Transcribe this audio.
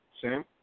Sam